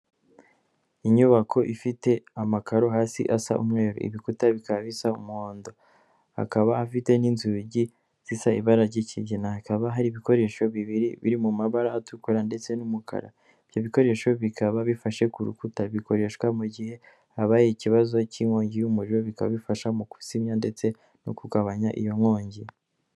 Inyubako ifite amakaro hasi asa umwe ibikuta bikaba bisa umuhondo akaba afite n'inzugi zisa ibara ry r'ikigina hakaba hari ibikoresho bibiri biri mu mabara atukura ndetse n'umukara ibyo bikoresho bikaba bifashe ku rukuta bikoreshwa mu gihe habaye ikibazo cy'inkongi y'umuriro bikaba bifasha mu kuzimya ndetse no kugabanya iyo nkongi.